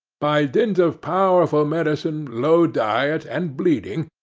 by dint of powerful medicine, low diet, and bleeding,